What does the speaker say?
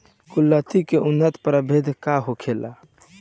कुलथी के उन्नत प्रभेद का होखेला?